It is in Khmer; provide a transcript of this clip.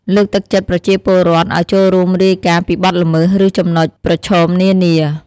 លើកទឹកចិត្តប្រជាពលរដ្ឋ ឱ្យចូលរួមរាយការណ៍ពីបទល្មើស ឬចំណុចប្រឈមនានា។